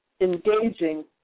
engaging